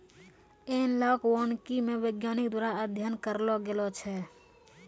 एनालाँक वानिकी मे वैज्ञानिक द्वारा अध्ययन करलो गेलो छै